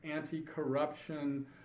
anti-corruption